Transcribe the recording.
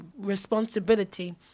responsibility